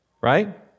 right